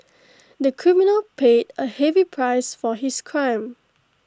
the criminal paid A heavy price for his crime